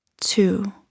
two